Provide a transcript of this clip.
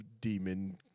Demon